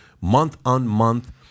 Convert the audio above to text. month-on-month